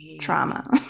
trauma